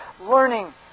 Learning